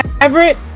Everett